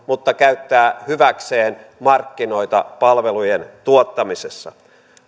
mutta käyttää hyväkseen markkinoita palvelujen tuottamisessa